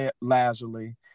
lazily